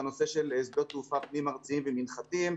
בנושא של שדות תעופה פנים-ארציים ומנחתים.